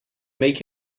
make